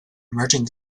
emerging